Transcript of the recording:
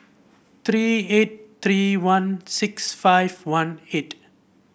three eight three one six five one eight